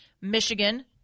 Michigan